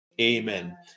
Amen